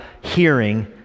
hearing